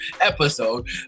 episode